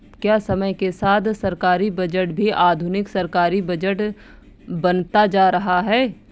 क्या समय के साथ सरकारी बजट भी आधुनिक सरकारी बजट बनता जा रहा है?